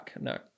no